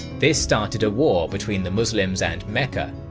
this started a war between the muslims and mecca,